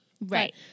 Right